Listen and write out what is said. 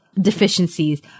deficiencies